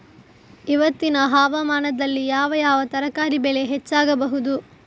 ಇವತ್ತಿನ ಹವಾಮಾನದಲ್ಲಿ ಯಾವ ಯಾವ ತರಕಾರಿ ಬೆಳೆ ಹೆಚ್ಚಾಗಬಹುದು?